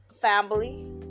family